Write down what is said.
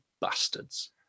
bastards